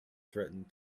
threatened